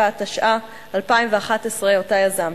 7), התשע"א 2011, שיזמתי.